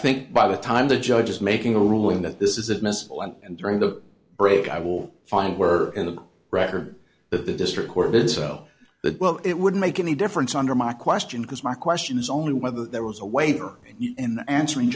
think by the time the judge is making a ruling that this is admissible and during the break i will find we're in the record that the district court itself that well it would make any difference under my question because my question is only whether there was a waiter in answering